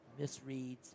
misreads